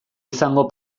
izango